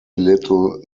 little